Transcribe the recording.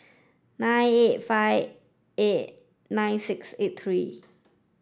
nine eight five eight nine six eight three